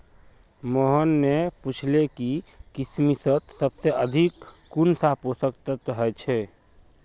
मोहन ने पूछले कि किशमिशत सबसे अधिक कुंन सा पोषक तत्व ह छे